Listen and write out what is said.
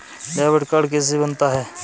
Debit card कैसे बनता है?